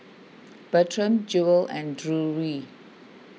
Bertram Jewell and Drury